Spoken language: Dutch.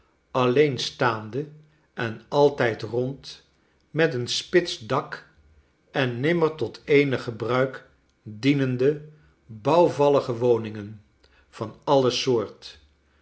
alleenstaande en altijd rond met een spits dak en nimmer tot eenig gebruik dienende bouwvallige woningen van alle soort